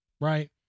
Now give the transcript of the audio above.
right